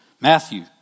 Matthew